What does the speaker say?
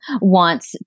wants